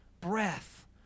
breath